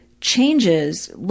changes